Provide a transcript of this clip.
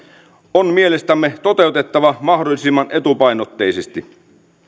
on mielestämme toteutettava mahdollisimman etupainotteisesti